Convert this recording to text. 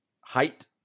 height